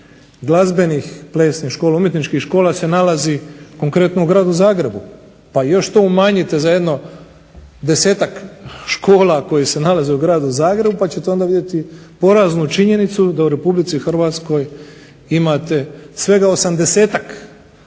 dio glazbenih umjetničkih škola se nalazi konkretno u gradu Zagrebu pa to još umanjite za jedno 10-tak škola koje se nalaze u gradu Zagrebu pa ćete onda vidjeti poraznu činjenicu da u republici Hrvatskoj imate svega 80-tak